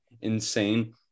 insane